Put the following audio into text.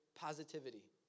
positivity